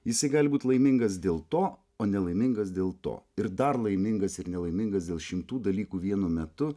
jisai gali būt laimingas dėl to o nelaimingas dėl to ir dar laimingas ir nelaimingas dėl šimtų dalykų vienu metu